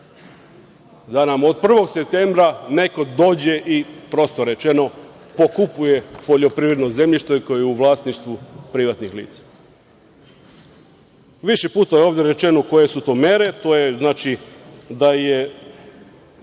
da nam od 1. septembra neko dođe i, prosto rečeno, pokupuje poljoprivredno zemljište koje je u vlasništvu privatnih lica. Više puta je ovde rečeno koje su to mere. To je da taj